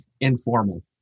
informal